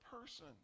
person